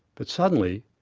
but suddenly,